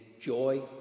Joy